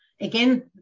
again